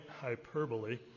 hyperbole